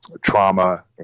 trauma